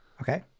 Okay